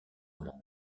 amende